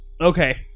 Okay